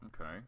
Okay